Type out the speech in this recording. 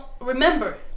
remember